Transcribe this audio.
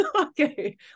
okay